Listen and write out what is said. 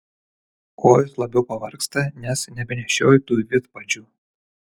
kojos labiau pavargsta nes nebenešioju tų vidpadžių